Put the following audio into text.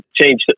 change